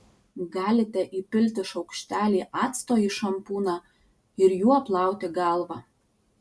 galite įpilti šaukštelį acto į šampūną ir juo plauti galvą